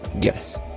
Yes